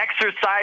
exercise